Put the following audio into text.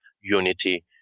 Unity